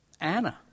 Anna